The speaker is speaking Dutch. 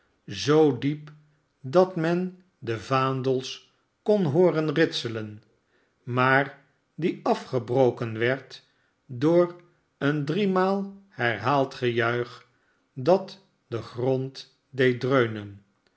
zoo diep dat men de vaandels kon hooren ritselen maar die afgebroken werd door een driemaal herhaald gejuich dat den grond deed dretmen